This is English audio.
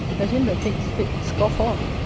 let him that thinks fit scoff on,